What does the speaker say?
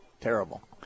Terrible